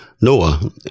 Noah